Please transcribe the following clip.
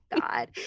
God